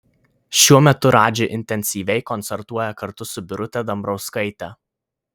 šiuo metu radži intensyviai koncertuoja kartu su birute dambrauskaite